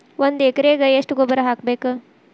ಒಂದ್ ಎಕರೆಗೆ ಎಷ್ಟ ಗೊಬ್ಬರ ಹಾಕ್ಬೇಕ್?